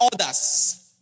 others